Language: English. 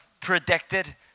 predicted